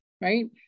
right